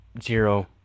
zero